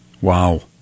Wow